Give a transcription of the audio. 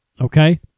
Okay